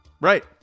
Right